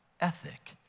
ethic